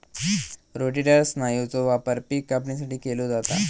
rotator स्नायूचो वापर पिक कापणीसाठी केलो जाता